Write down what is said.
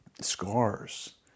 scars